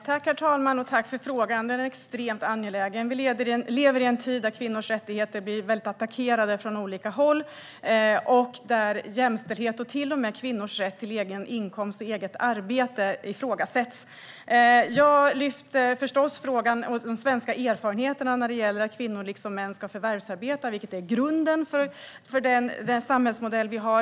Herr talman! Tack för en extremt angelägen fråga! Vi lever ju i en tid när kvinnors rättigheter blir väldigt attackerade från olika håll och där jämställdhet och till och med kvinnors rätt till egen inkomst och eget arbete ifrågasätts. Jag lyfte förstås fram de svenska erfarenheterna när det gäller att kvinnor liksom män ska förvärvsarbeta, vilket är grunden för den samhällsmodell vi har.